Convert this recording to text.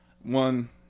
one